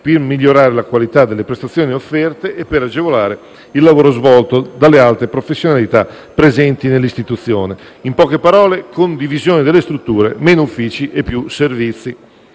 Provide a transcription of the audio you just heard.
per migliorare la qualità delle prestazioni offerte e agevolare il lavoro svolto dalle alte professionalità presenti nell'istituzione: in poche parole, condivisione delle strutture, meno Uffici e più servizi.